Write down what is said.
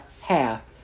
half